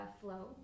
flow